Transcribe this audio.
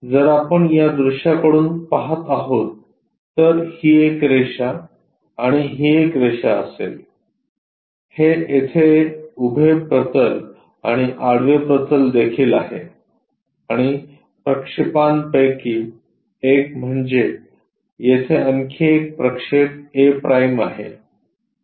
जर आपण या दृश्याकडून पहात आहोत तर ही एक रेषा आणि ही रेषा असेल हे येथे उभे प्रतल आणि आडवे प्रतल देखील आहे आणि प्रक्षेपांपैकी एक म्हणजे येथे आणखी एक प्रक्षेप a' आहे